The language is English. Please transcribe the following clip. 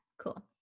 cool